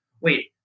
wait